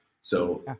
So-